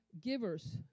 givers